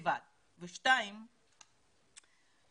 הקבוצה השנייה אליה אני רוצה לפנות.